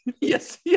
yes